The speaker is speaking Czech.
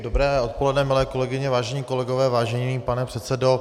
Dobré odpoledne, milé kolegyně, vážení kolegové, vážený pane předsedo.